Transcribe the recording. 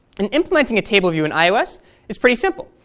and implementing a table view in ios is pretty simple.